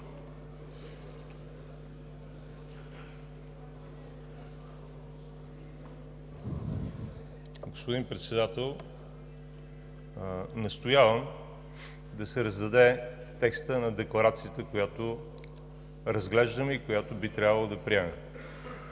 Господин Председател, настоявам да се раздаде текстът на Декларацията, която разглеждаме и която би трябвало да приемем.